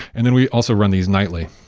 and then we also run these nightly.